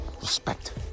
Respect